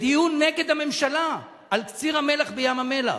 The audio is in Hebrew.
בדיון נגד הממשלה על קציר המלח בים-המלח,